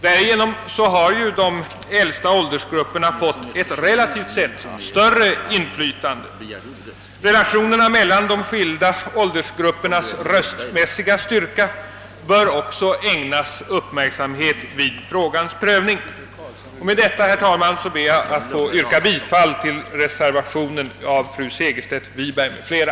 Därigenom har de äldsta åldersgrupperna fått ett relativt sett större inflytande. Relationerna mellan de skilda åldersgruppernas röstmässiga styrka bör också ägnas uppmärksamhet vid frågans prövning. Med detta, herr talman, ber jag att få yrka bifall till reservationen av fru Segerstedt Wiberg m.fl.